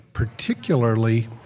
particularly